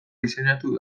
diseinatu